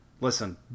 Listen